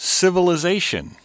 civilization